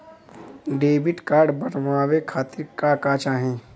Debit card बनवावे खातिर का का चाही?